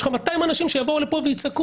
יש לך 200 אנשים שיבואו לכאן ויצעקו.